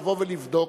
לבוא ולבדוק,